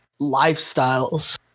lifestyles